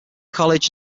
college